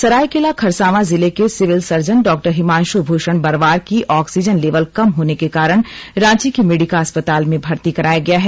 सरायकेला खरसावां जिले के civil surgeon doctor Himanshu Bhushan Barwar की ऑक्सीजन लेवल कम होने के कारण रांची के मेडिका अस्पताल में भर्ती कराया गया है